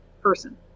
person